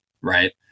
right